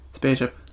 spaceship